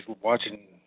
watching